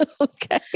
Okay